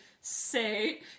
say